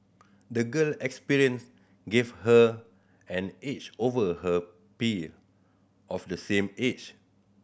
the girl experience gave her an edge over her peer of the same age